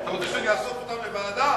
אתה רוצה שאני אאסוף אותם לוועדה,